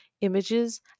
images